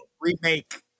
remake